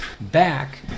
back